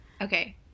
okay